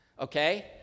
okay